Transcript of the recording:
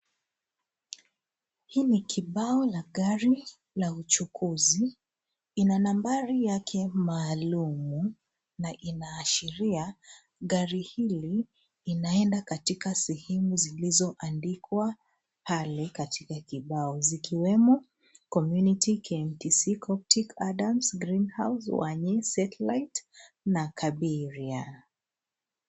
Hii ni kibao la gari la uchukuzi. Ina nambari yake maalumu na inaashiria gari hili inaenda katika sehemu zilizoandikwa hali katika ubao zikiwemo Community, KMTC, Coptic, Adams, Greenhouse, Wanyee, Satelite na Kabiria.